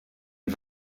den